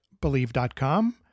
believe.com